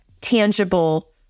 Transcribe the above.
tangible